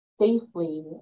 safely